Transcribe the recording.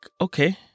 okay